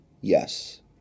yes